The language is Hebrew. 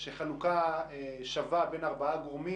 זה אומר חלוקה שווה בין ארבעה גורמים.